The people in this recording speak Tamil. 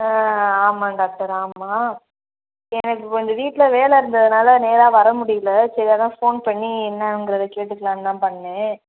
ஆ ஆமாம் டாக்டர் ஆமாம் எனக்கு கொஞ்சம் வீட்டில் வேலை இருந்ததுனால நேராக வர முடியல சரி அதான் ஃபோன் பண்ணி என்னாங்குறதை கேட்டுகலாம் தான் பண்ணேன்